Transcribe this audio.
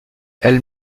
elle